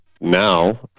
now